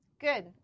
Good